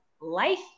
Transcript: life